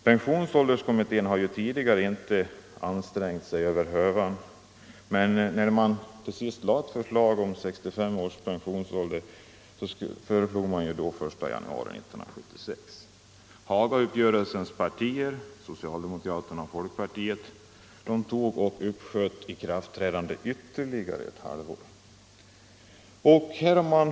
Pensionsålderskommittén hade tidigare inte ansträngt sig över hövan, men när den till sist lade fram ett förslag om 65 års pensionsålder så föreslogs ikraftträdandet den 1 januari 1976. Hagauppgörelsens partier, socialdemokraterna och folkpartiet, uppsköt ikraftträdandet ytterligare ett halvår.